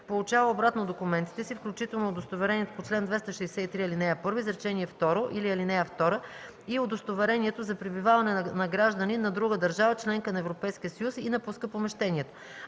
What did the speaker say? получава обратно документите си, включително удостоверението по чл. 263, ал. 1, изречение второ или ал. 2 и удостоверението за пребиваване на гражданин на друга държава – членка на Европейския съюз, и напуска помещението.